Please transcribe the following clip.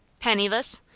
penniless?